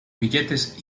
billetes